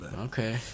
Okay